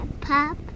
Pop